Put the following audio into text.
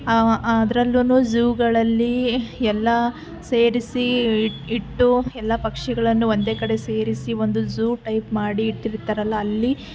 ಅದ್ರಲ್ಲೂ ಝೂಗಳಲ್ಲಿ ಎಲ್ಲ ಸೇರಿಸಿ ಇಟ್ಟು ಎಲ್ಲ ಪಕ್ಷಿಗಳನ್ನೂ ಒಂದೇ ಕಡೆ ಸೇರಿಸಿ ಒಂದು ಝೂ ಟೈಪ್ ಮಾಡಿ ಇಟ್ಟಿರ್ತಾರಲ್ವ ಅಲ್ಲಿ